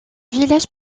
village